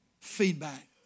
feedback